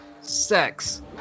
Sex